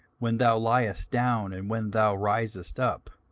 when thou liest down, and when thou risest up.